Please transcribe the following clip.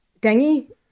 dengue